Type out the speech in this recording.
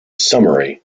summary